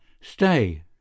Stay